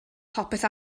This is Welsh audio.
popeth